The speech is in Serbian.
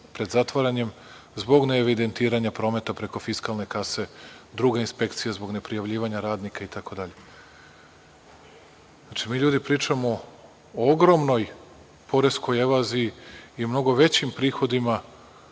pred zatvaranjem zbog neevidentiranja prometa preko fiskalne kase, druga inspekcija zbog neprijavljivanja radnika itd. Znači, mi, ljudi, pričamo o ogromnoj poreskoj evaziji i mnogo većim prihodima